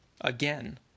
again